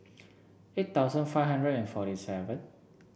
eight thousand five hundred and forty seven